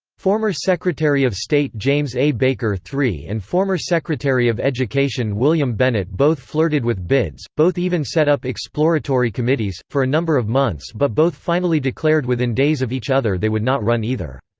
former secretary of state james a. baker iii and former secretary of education william bennett both flirted with bids, both even set up exploratory committees, for a number of months but both finally declared within days of each other they would not run either.